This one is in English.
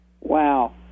Wow